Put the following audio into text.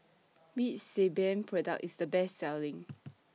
Which Sebamed Product IS The Best Selling